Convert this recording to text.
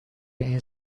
این